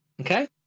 Okay